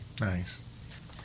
Nice